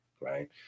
right